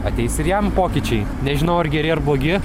ateis ir jam pokyčiai nežinau ar geri ar blogi